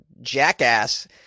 jackass